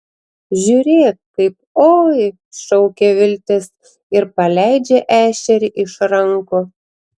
žiūrėk kaip oi šaukia viltis ir paleidžia ešerį iš rankų